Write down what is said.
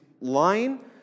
lying